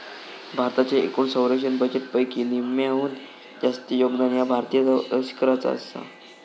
भारताच्या एकूण संरक्षण बजेटपैकी निम्म्याहून जास्त योगदान ह्या भारतीय लष्कराचा आसा